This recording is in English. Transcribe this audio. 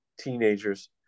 teenagers